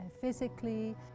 physically